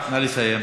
נא לסיים.